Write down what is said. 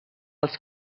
els